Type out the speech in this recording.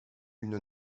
une